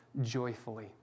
joyfully